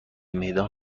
میدان